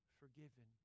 forgiven